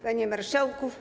Panie Marszałku!